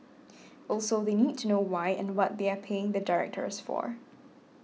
also they need to know why and what they are paying the directors for